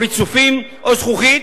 ריצופים או זכוכית,